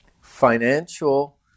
financial